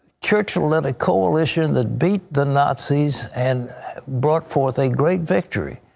churchill led a coalition that beat the nazis and brought forth a great victory.